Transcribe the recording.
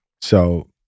So-